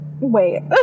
wait